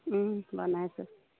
বনাইছোঁ